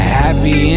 happy